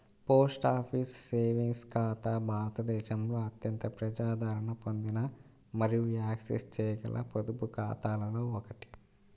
post office savings ఖాతా భారతదేశంలో అత్యంత ప్రజాదరణ పొందిన మరియు యాక్సెస్ చేయగల పొదుపు ఖాతాలలో ఒకటి